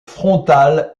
frontal